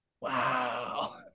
Wow